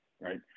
Right